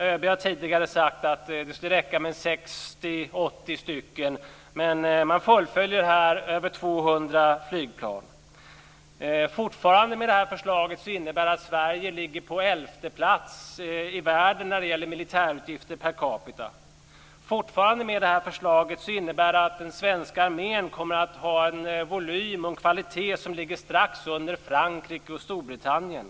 ÖB har tidigare sagt att det skulle räcka med 60-80. Men man fullföljer här över 200 flygplan. Det innebär att Sverige med detta förslag fortfarande ligger på elfte plats i världen när det gäller militärutgifter per capita. Med detta förslag innebär det fortfarande att svenska armén kommer att ha en volym och en kvalitet som ligger strax under den i Frankrike och Storbritannien.